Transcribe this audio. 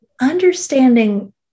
understanding